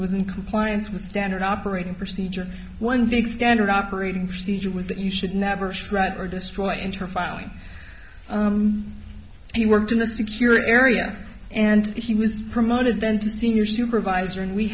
was in compliance with standard operating procedure one big standard operating procedure was that you should never shred or destroy inter filing he worked in the secure area and he was promoted then to senior supervisor and we